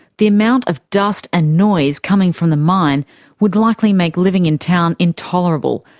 the amount of dust and noise coming from the mine would likely make living in town intolerable,